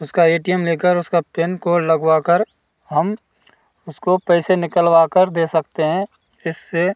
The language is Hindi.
उसका ए टी एम ले कर उसका पीन कोड लगवाकर हम उसको पैसे निकलवा कर दे सकते हैं इससे